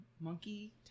monkey